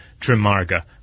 trimarga